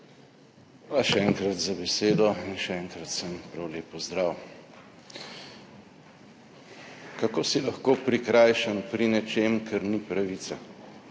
Hvala še enkrat za besedo in še enkrat vsem prav lep pozdrav. Kako si lahko prikrajšan pri nečem, kar ni pravica?